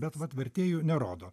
bet vat vertėjų nerodo